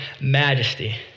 majesty